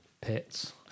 pits